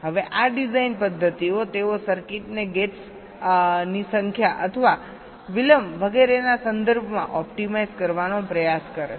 હવે આ ડિઝાઇન પદ્ધતિઓ તેઓ સર્કિટને ગેટ્સઓની સંખ્યા અથવા વિલંબ વગેરેના સંદર્ભમાં ઓપ્ટિમાઇઝ કરવાનો પ્રયાસ કરે છે